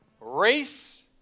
race